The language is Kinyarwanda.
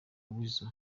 weasel